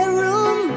room